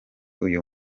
uyu